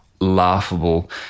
laughable